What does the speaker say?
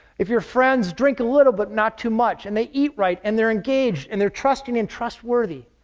if your friends drink a little, but not too much, and they eat right, and they're engaged, and they're trusting and trustworthy,